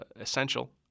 essential